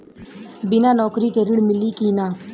बिना नौकरी के ऋण मिली कि ना?